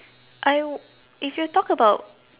I w~ if you talk about